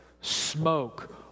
smoke